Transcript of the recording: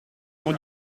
mon